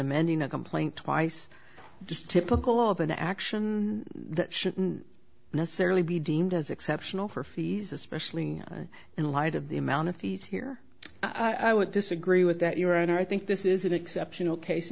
amending a complaint twice just typical of an action that shouldn't necessarily be deemed as exceptional for fees especially in light of the amount of fees here i would disagree with that your honor i think this is an exceptional case